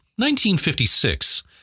1956